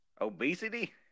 obesity